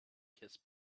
kiss